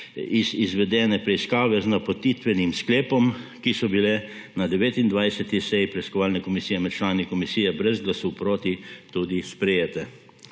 izvedene preiskave z napotitvenim sklepom, ki so bile na 29. seji preiskovalne komisije med člani komisije brez glasu proti tudi sprejete.